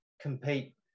compete